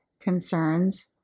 concerns